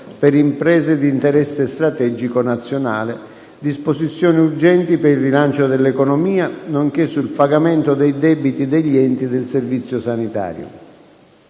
per imprese di interesse strategico nazionale; disposizioni urgenti per il rilancio dell'economia, nonché sul pagamento dei debiti degli enti del servizio sanitario.